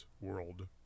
World